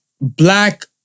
black